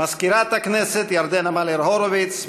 מזכירת הכנסת ירדנה מלר-הורוביץ,